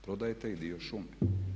Prodajete i dio šume.